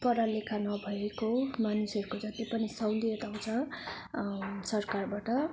पढा लिखा नभएको मानिसहरूको जति पनि सहुलियत आउँछ सरकारबाट